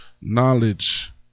knowledge